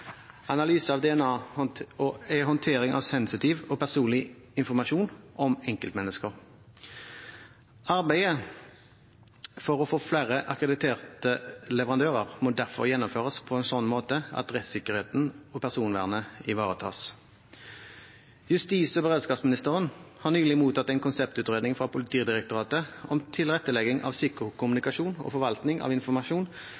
Analyse av DNA er håndtering av sensitiv og personlig informasjon om enkeltmennesker. Arbeidet for å få flere akkrediterte leverandører må derfor gjennomføres på en sånn måte at rettssikkerheten og personvernet ivaretas. Justis- og beredskapsministeren har nylig mottatt en konseptutredning fra Politidirektoratet om tilrettelegging av